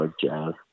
jazz